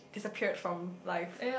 disappeared from life